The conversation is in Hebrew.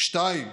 2,